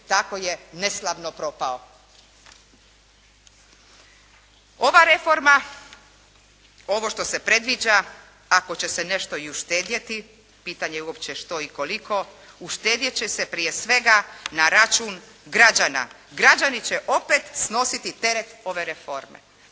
kako je neslavno propao.